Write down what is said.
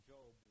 Job